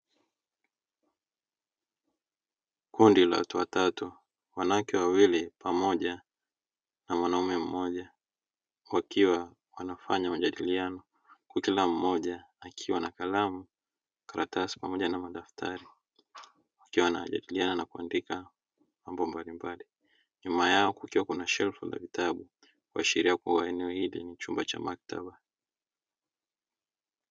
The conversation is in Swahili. Kundi la watu watatu wanawake wawili pamoja na mwanaume mmoja wakiwa wanafanya majadiliano na kila mmoja akiwa na kalamu, karatasi, pamoja na madaftari, wakiwa wanajadiliana na kuandika mambo mbalimbali nyuma yao kukiwa na shelfu ya vitabu kuashiria kuwa eneo hili ni chumba cha maktaba.